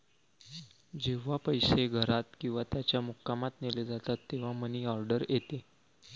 जेव्हा पैसे घरात किंवा त्याच्या मुक्कामात नेले जातात तेव्हा मनी ऑर्डर येते